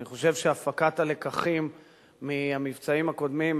אני חושב שהפקת הלקחים מהמבצעים הקודמים,